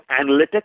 analytics